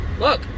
Look